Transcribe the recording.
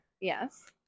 Yes